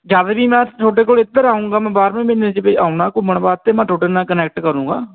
ਜਦ ਵੀ ਮੈਂ ਤੁਹਾਡੇ ਕੋਲ ਇੱਧਰ ਆਉਂਗਾ ਮੈਂ ਬਾਰਵੇਂ ਮਹੀਨੇ 'ਚ ਆਉਂਦਾ ਘੁੰਮਣ ਵਾਸਤੇ ਮੈਂ ਤੁਹਾਡੇ ਨਾਲ ਕਨੈਕਟ ਕਰੂੰਗਾ